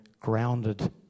grounded